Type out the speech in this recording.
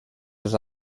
els